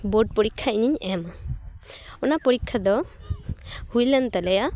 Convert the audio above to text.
board ᱯᱚᱨᱤᱠᱷᱟ ᱤᱧᱤᱧ ᱮᱢᱟ ᱚᱱᱟ ᱯᱚᱨᱤᱠᱷᱟ ᱫᱚ ᱦᱩᱭᱞᱮᱱ ᱛᱟᱞᱮᱭᱟ